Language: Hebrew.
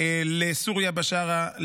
לסוריה בשארה,